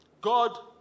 God